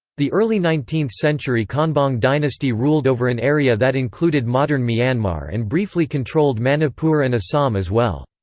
the early nineteenth century konbaung dynasty ruled over an area that included modern myanmar and briefly controlled manipur and assam as well.